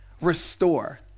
Restore